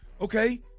Okay